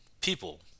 people